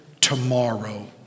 tomorrow